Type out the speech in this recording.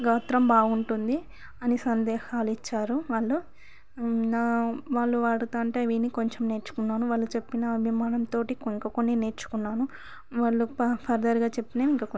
గాత్రం బాగుంటుంది అని సందేహాలు ఇచ్చారు వాళ్ళు నా వాళ్ళు పాడుతా ఉంటే విని కొంచెం నేర్చుకున్నాను వాళ్ళు చెప్పిన అభిమానంతోటి ఇంకా కొని నేర్చుకున్నాను వాళ్ళు ఫ ఫదర్గా చెప్పినవి ఇంకా కొన్ని